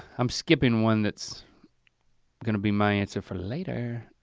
i'm skipping one that's gonna be my answer for later.